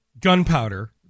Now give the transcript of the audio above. gunpowder